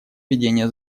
ведения